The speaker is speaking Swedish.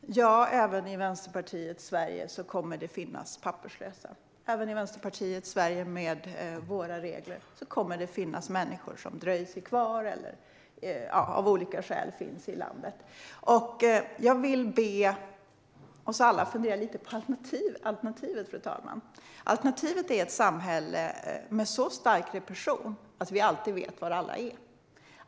Fru talman! Även i Vänsterpartiets Sverige kommer det att finnas papperslösa. Även med Vänsterpartiets regler kommer det att finnas människor som av olika skäl finns kvar i landet. Jag ber oss alla att fundera över alternativen, fru talman. Alternativet är ett samhälle med så stark repression att vi alltid vet var alla är.